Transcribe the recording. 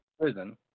prison